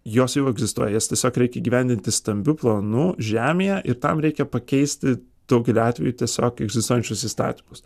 jos jau egzistuoja jas tiesiog reikia įgyvendinti stambiu planu žemėje ir tam reikia pakeisti daugeliu atvejų tiesiog egzistuojančius įstatymus